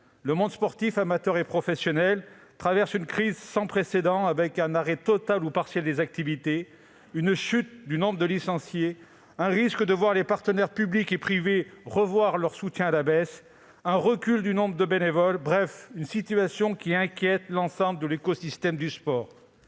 Le monde sportif, amateur et professionnel, traverse une crise sans précédent avec un arrêt total ou partiel des activités, une chute du nombre de licenciés, un risque de voir les partenaires publics et privés revoir leur soutien à la baisse, un recul du nombre de bénévoles ; bref, une situation qui inquiète l'ensemble de l'écosystème du sport.